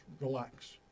relax